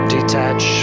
Detach